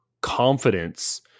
confidence